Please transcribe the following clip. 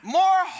more